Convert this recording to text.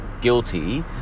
guilty